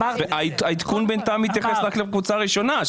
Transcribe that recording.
העדכון בינתיים מתייחס רק לקבוצה הראשונה.